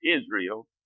Israel